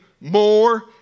more